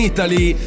Italy